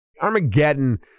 Armageddon